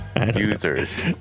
Users